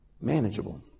manageable